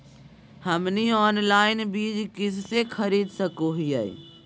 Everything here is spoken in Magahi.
हमनी ऑनलाइन बीज कइसे खरीद सको हीयइ?